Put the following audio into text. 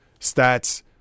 stats